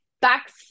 Backs